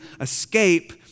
escape